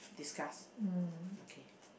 discuss okay